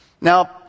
Now